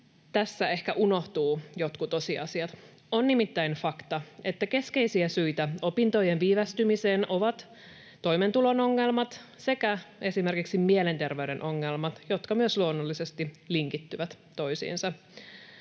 tässä ehkä unohtuu jotkut tosiasiat. On nimittäin fakta, että keskeisiä syitä opintojen viivästymiseen ovat toimeentulon ongelmat sekä esimerkiksi mielenterveyden ongelmat, jotka myös luonnollisesti linkittyvät toisiinsa.